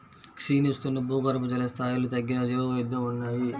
క్షీణిస్తున్న భూగర్భజల స్థాయిలు తగ్గిన జీవవైవిధ్యం ఉన్నాయి